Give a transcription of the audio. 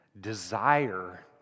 desire